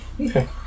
Okay